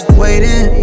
waiting